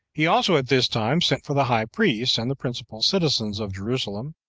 he also at this time sent for the high priests and the principal citizens of jerusalem,